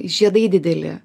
žiedai dideli